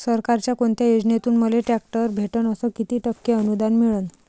सरकारच्या कोनत्या योजनेतून मले ट्रॅक्टर भेटन अस किती टक्के अनुदान मिळन?